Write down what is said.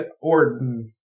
Orton